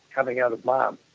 coming out of mom,